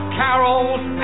carols